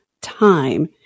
time